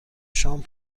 شام